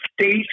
state